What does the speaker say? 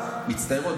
מצטיירות,